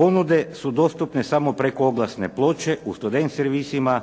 Ponude su dostupne samo preko oglasne ploče u student servisima.